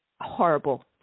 horrible